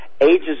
ages